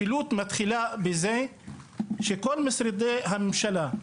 משילות מתחילה בזה שכל משרדי הממשלה,